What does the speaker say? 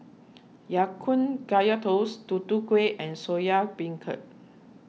Ya Kun Kaya Toast Tutu Kueh and Soya Beancurd